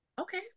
Okay